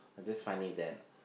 I just find it that